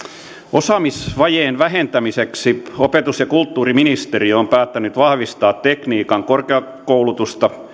osaamisvajeen vähentämiseksi opetus ja kulttuuriministeriö on päättänyt vahvistaa tekniikan korkeakoulutusta